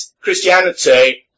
Christianity